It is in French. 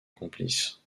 complice